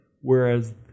Whereas